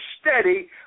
steady